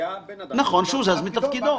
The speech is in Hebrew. בבנק הפועלים היה אדם שהוזז מתפקידו,